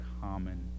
common